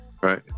right